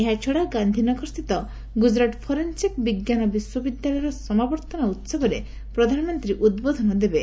ଏହାଛଡା ଗାନ୍ଧୀନଗରସ୍ଥିତ ଗୁଜରାଟ ଫରେନସିକ୍ ବିଜ୍ଞାନ ବିଶ୍ୱବିଦ୍ୟାଳୟର ସମାବର୍ତ୍ତନ ଉହବରେ ପ୍ରଧାନମନ୍ତ୍ରୀ ଉଦ୍ବୋଧନ ଦେବେ